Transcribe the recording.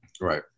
Right